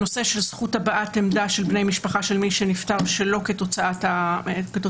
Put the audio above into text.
הנושא של זכות הבעת עמדה של בני משפחה של מי שנפטר שלא כתוצאה מעבירה.